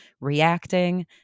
reacting